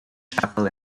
chapel